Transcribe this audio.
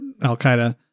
Al-Qaeda